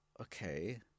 okay